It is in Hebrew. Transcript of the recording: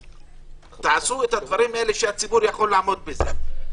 תעשו את הדברים, שהציבור יכול לעמוד בזה.